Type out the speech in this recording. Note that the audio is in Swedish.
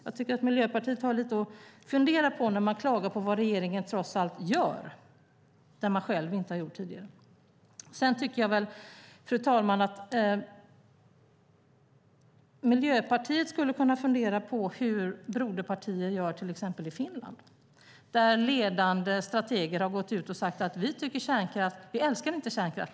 Jag tycker att Miljöpartiet har lite att fundera på när man klagar på vad regeringen trots allt gör när man själv inte har gjort det tidigare. Fru talman! Miljöpartiet skulle kunna fundera på hur broderpartier gör, till exempel i Finland. Där har ledande strateger gått ut och sagt: Vi älskar inte kärnkraft.